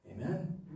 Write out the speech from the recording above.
Amen